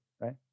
right